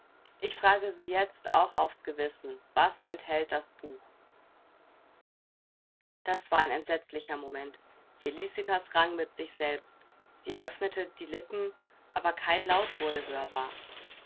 ich frage sie jetzt auch aufs gewissen was enthält das buch das war ein entsetzlicher moment felicitas rang mit sich selbst sie öffnete die lippen aber kein laut wurde hörbar